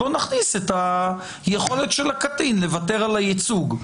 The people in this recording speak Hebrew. בואו נכניס את היכולת של הקטין לוותר על הייצוג.